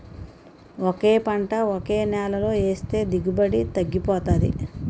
ఒకే పంట ఒకే నేలలో ఏస్తే దిగుబడి తగ్గిపోతాది